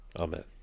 Amen